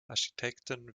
architekten